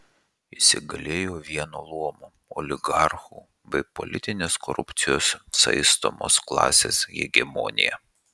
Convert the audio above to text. įsigalėjo vieno luomo oligarchų bei politinės korupcijos saistomos klasės hegemonija